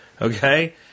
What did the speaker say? okay